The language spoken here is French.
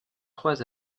trois